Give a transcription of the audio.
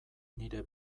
nire